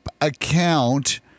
account